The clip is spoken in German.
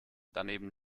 daneben